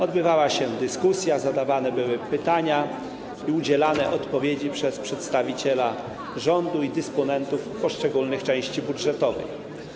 Odbywała się dyskusja, zadawane były pytania i udzielane były odpowiedzi przez przedstawiciela rządu i dysponentów poszczególnych części budżetowych.